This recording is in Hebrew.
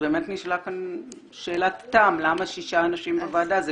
נשאלה כאן שאלת תם, למה שישה אנשים בוועדה?